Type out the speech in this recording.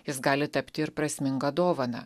jis gali tapti ir prasminga dovana